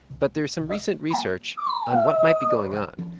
but there is some recent research on what might be going on.